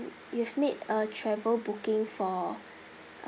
you've made a travel booking for